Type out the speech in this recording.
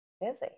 busy